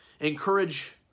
Encourage